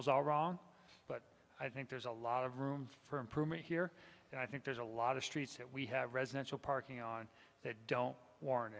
is all wrong but i think there's a lot of room for improvement here and i think there's a lot of streets that we have residential parking on that don't warn